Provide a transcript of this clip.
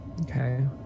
Okay